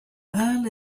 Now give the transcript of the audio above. earle